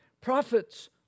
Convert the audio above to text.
Prophets